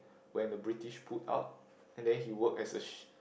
when the British pulled out and then he work as a sh~